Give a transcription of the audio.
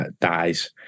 dies